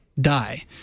die